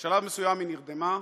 בשלב מסוים היא נרדמה,